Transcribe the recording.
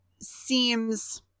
seems